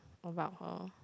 about her